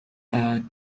are